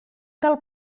tal